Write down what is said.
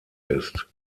ist